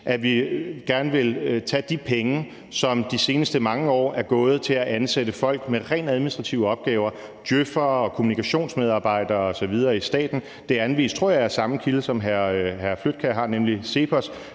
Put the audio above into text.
at vi gerne vil tage de penge, som de seneste mange år er gået til at ansætte folk til rent administrative opgaver – djøf'ere, kommunikationsmedarbejdere osv. – i staten. Det er anvist, tror jeg, af samme kilde, som hr. Dennis Flydtkjær har, nemlig CEPOS,